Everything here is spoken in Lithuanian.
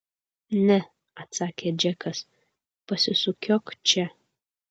ne atsakė džekas pasisukiok čia